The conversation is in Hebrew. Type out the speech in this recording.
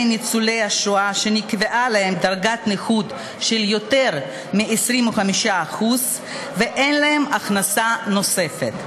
ניצולי השואה שנקבעה להם דרגת נכות של יותר מ-25% ואין להם הכנסה נוספת.